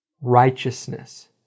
righteousness